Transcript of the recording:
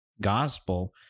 gospel